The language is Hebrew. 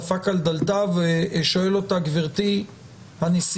דפק על דלתה ושואל אותה 'גברתי הנשיאה,